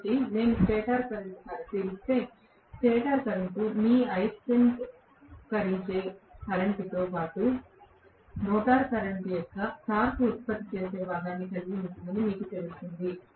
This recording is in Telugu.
కాబట్టి నేను స్టేటర్ కరెంట్ను పరిశీలిస్తే స్టేటర్ కరెంట్ మీకు అయస్కాంతీకరించే కరెంట్తో పాటు రోటర్ కరెంట్ యొక్క టార్క్ ఉత్పత్తి చేసే భాగాన్ని కలిగి ఉంటుందని మీకు తెలుస్తుంది